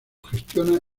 gestiona